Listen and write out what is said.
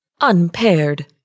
Unpaired